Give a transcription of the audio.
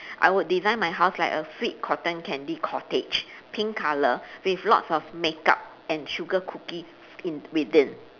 I would design my house like a sweet cotton candy cottage pink colour with lots of makeup and sugar cookie in within